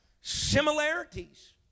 similarities